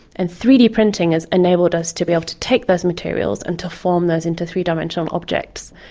and three d printing has enabled us to be able to take those materials and to form those into three-dimensional objects.